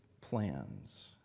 plans